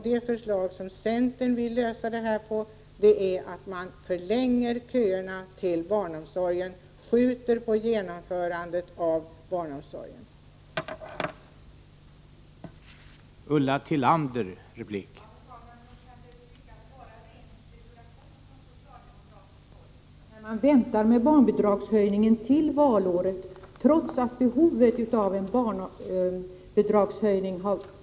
Det sätt på vilket centern vill lösa problemet innebär att man förlänger köerna till barnomsorgen, skjuter på genomförandet av barnomsorgens utbyggnad.